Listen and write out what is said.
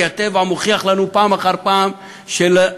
כי הטבע מוכיח לנו פעם אחר פעם שלפגיעה